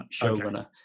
showrunner